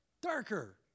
Darker